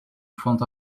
front